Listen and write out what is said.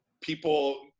people